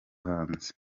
hanze